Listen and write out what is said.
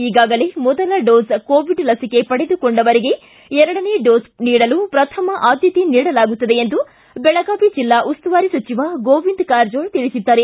ಈಗಾಗಲೇ ಮೊದಲ dose covid ಲಸಿಕೆ ಪಡೆದುಕೊಂಡವರಿಗೆ ಎರಡನೇ ಡೋಸ್ ನೀಡಲು ಪ್ರಥಮ ಆದ್ದತೆ ನೀಡಲಾಗುತ್ತದೆ ಎಂದು ಬೆಳಗಾವಿ ಜೆಲ್ಲಾ ಉಸ್ತುವಾರಿ ಸಚಿವ ಗೋವಿಂದ ಕಾರಜೋಳ ತಿಳಿಸಿದ್ದಾರೆ